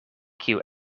kiu